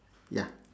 ya